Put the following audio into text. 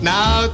Now